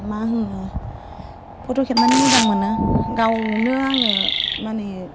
मा होनो फट' खेबनानै मोजां मोनो गावनो आं माने